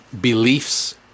beliefs